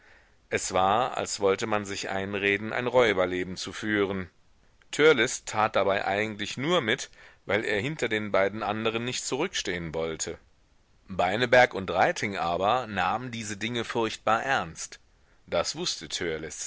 es war als wollte man sich einreden ein räuberleben zu führen törleß tat dabei eigentlich nur mit weil er hinter den beiden anderen nicht zurückstehen wollte beineberg und reiting aber nahmen diese dinge furchtbar ernst das wußte